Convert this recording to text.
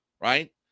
right